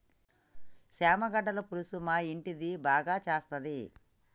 చామగడ్డల పులుసు మా ఇంటిది మా బాగా సేత్తది